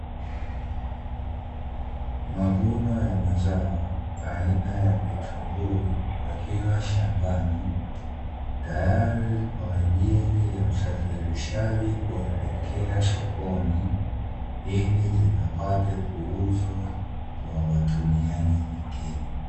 Mavuno ya mazao aina ya vitunguu, yakiwa shambani tayari kwa ajili ya usafirishaji kuelekea sokoni, ili vikapate kuuzwa kwa watumiaji wengine.